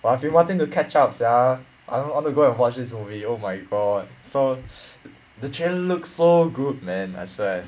!wah! I have been wanting to catch up sia I want I want to go and watch this movie oh my god so the trailer looks so good man I swear